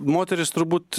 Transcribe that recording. moterys turbūt